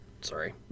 sorry